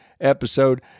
episode